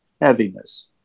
heaviness